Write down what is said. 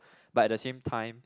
but at the same time